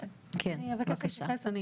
כן בבקשה.